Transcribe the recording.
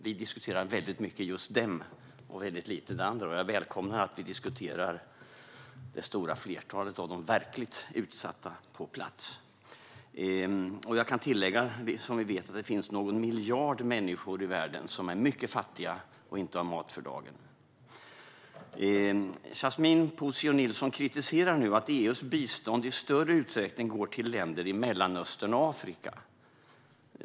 Vi diskuterar väldigt mycket just dem och väldigt lite de andra, så jag välkomnar att vi diskuterar det stora flertalet av de verkligt utsatta på plats. Det kan tilläggas att det finns någon miljard människor i världen som är mycket fattiga och inte har mat för dagen. Yasmine Posio Nilsson kritiserar att EU:s bistånd nu i större utsträckning går till länder i Mellanöstern och Afrika.